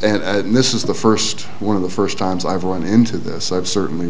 this is the first one of the first times i've run into this i've certainly